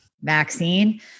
vaccine